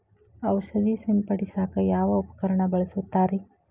ಔಷಧಿ ಸಿಂಪಡಿಸಕ ಯಾವ ಉಪಕರಣ ಬಳಸುತ್ತಾರಿ?